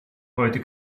heute